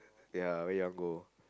ya where you want go